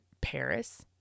paris